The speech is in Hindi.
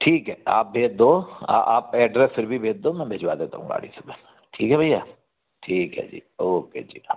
ठीक है आप भेज दो आप एड्रैस फिर भी भेज दो मै भिजवा देता हूँ गाड़ी सुबह में ठीक है भैया ठीक है जी ओके जी हाँ